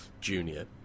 Junior